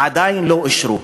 עדיין לא אישרו.